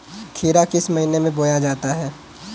खीरा किस महीने में बोया जाता है?